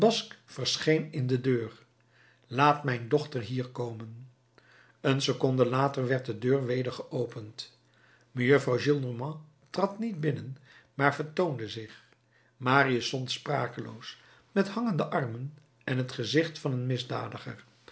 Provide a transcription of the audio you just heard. basque verscheen in de deur laat mijn dochter hier komen een seconde later werd de deur weder geopend mejuffrouw gillenormand trad niet binnen maar vertoonde zich marius stond sprakeloos met hangende armen en het gezicht van een misdadiger